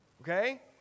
Okay